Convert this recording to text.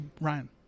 Ryan